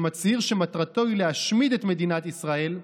שמצהיר שמטרתו היא להשמיד את מדינת ישראל,